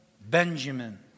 Benjamin